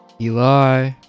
Eli